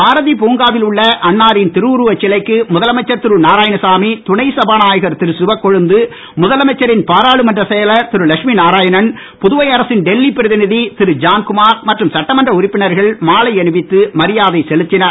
பாரதி பூங்காவில் உள்ள அன்னாரின் திருவுருவச் சிலைக்கு முதலமைச்சர் திரு நாராயணசாமி துணை சபாநாயகர் திரு சிவக்கொழுந்து முதலமைச்சரின் பாராளுமன்ற செயலர் திரு லட்சுமி நாராயணன் புதுவை அரசின் டெல்லி பிரதிநிதி திரு ஜான்குமார் மற்றும் சட்டமன்ற உறுப்பினர்கள் மாலை அணிவித்து மரியாதை செலுத்தினர்